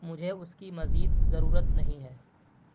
مجھے اس کی مزید ضرورت نہیں ہے